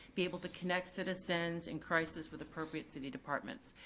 be able to connect citizens in crisis with appropriate city departments.